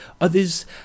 Others